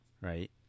right